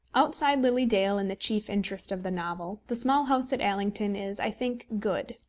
outside lily dale and the chief interest of the novel, the small house at allington is, i think, good.